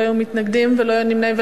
לא היו מתנגדים ולא היו נמנעים.